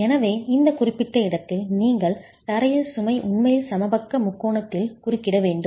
எனவே இந்த குறிப்பிட்ட இடத்தில் நீங்கள் தரையில் சுமை உண்மையில் சமபக்க முக்கோணத்தில் குறுக்கிட வேண்டும்